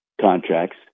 contracts